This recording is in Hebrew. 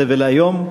בסבל איום,